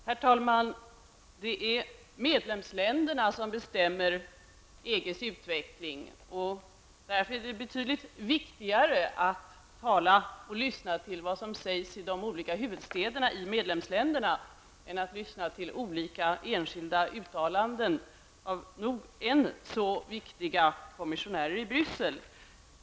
Herr talman! Det är medlemsländerna som bestämmer EGs utveckling. Därför är det betydligt viktigare att tala och lyssna till vad som sägs i de olika huvudstäderna i medlemsländerna än att lyssna på olika enskilda uttalanden av nog än så viktiga kommissionärer i Bryssel.